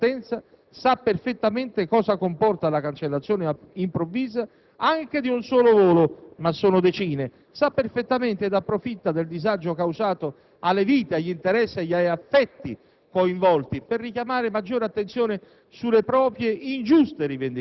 Ma quando il personale di cabina, con premeditata lucidità, impedisce una partenza sa perfettamente cosa comporta la cancellazione improvvisa anche di un solo volo (ma sono decine); sa perfettamente ed approfitta del disagio causato alle vite, agli interessi, agli affetti